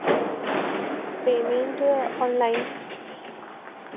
payment online